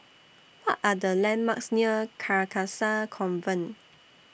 What Are The landmarks near Carcasa Convent